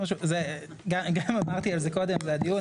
גם אמרתי את זה קודם בדיון,